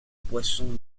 poissons